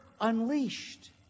unleashed